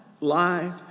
life